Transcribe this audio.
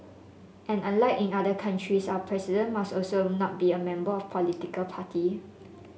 and unlike in other countries our President must also not be a member of political party